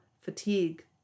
fatigue